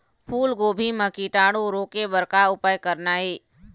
फूलगोभी म कीटाणु रोके बर का उपाय करना ये?